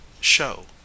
show